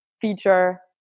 feature